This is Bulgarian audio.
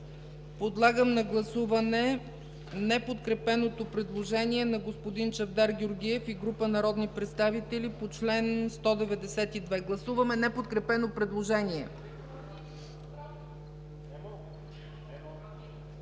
Подлагам на гласуване неподкрепеното предложение на господин Чавдар Георгиев и група народни представители по чл. 192. Гласуваме неподкрепено предложение.